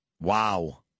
Wow